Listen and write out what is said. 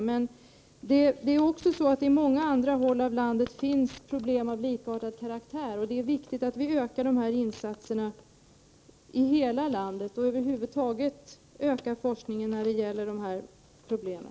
Men det finns problem av liknande karaktär även på andra håll i landet. Därför är det viktigt att vi ökar insatserna i hela landet, liksom att över huvud taget öka forskningen när det gäller de här problemen.